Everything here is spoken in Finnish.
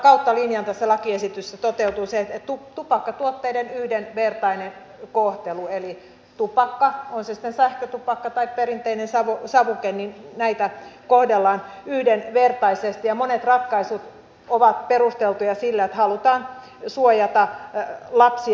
kautta linjan tässä lakiesityksessä toteutuu tupakkatuotteiden yhdenvertainen kohtelu eli tupakkaa on se sitten sähkötupakka tai perinteinen savuke kohdellaan yhdenvertaisesti ja monet ratkaisut ovat perusteltuja sillä että halutaan suojata lapsia